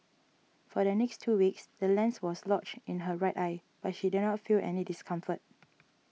for the next two weeks the lens was lodged in her right eye but she did not feel any discomfort